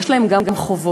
יש להם גם חובות.